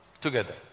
together